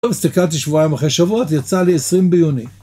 טוב, הסתכלתי שבועיים אחרי שבועות, יצא לי 20 ביוני.